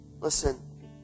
Listen